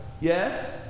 Yes